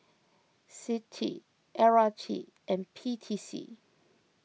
Citi L R T and P T C